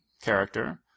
character